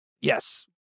Yes